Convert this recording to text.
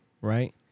right